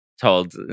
told